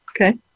Okay